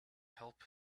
help